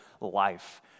life